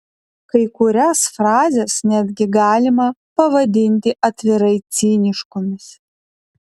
kai kurias frazes netgi galima pavadinti atvirai ciniškomis